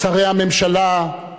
שרי הממשלה,